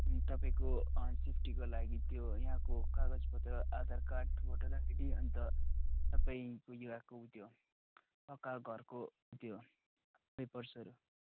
अन्त तपाईँको सेफ्टीको लागि त्यो यहाँको कागजपत्र आधार कार्ड भोटर आइडी अन्त तपाईँको यहाँको ऊ त्यो पक्का घरको ऊ त्यो पेपर्सहरू